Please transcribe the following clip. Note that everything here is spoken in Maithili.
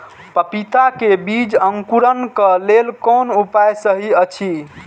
पपीता के बीज के अंकुरन क लेल कोन उपाय सहि अछि?